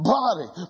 body